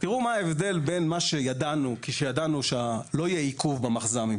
תראו מה ההבדל בין מה שידענו עת ידענו שלא יהיה עיכוב במחז"מים,